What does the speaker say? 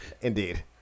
Indeed